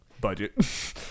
budget